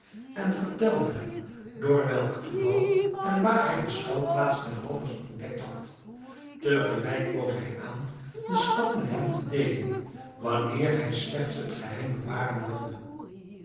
en vertelde hem door welk toeval en waar hij de schuilplaats der roovers ontdekt had tegelijk bood hij aan den schat met hem te deelen wanneer hij slechts het geheim bewaren wilde